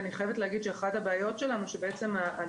אני חייבת להגיד שאחת הבעיות שלנו היא שהדיונים